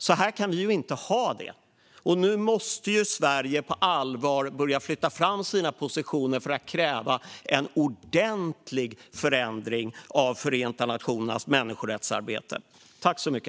Så här kan vi inte ha det. Nu måste Sverige på allvar börja flytta fram sina positioner för att kräva en ordentlig förändring av Förenta nationernas människorättsarbete.